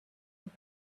with